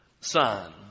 Son